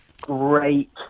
great